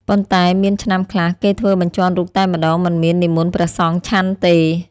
ប៉ុន្តែមានឆ្នាំ ខ្លះ គេធ្វើបញ្ជាន់រូបតែម្តង មិនមាននិមន្តព្រះសង្ឃឆាន់ទេ ។